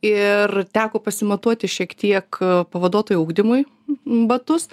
ir teko pasimatuoti šiek tiek pavaduotojų ugdymui batus